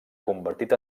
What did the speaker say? convertit